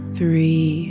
three